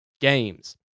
Games